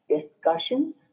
discussions